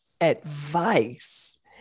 advice